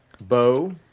Bo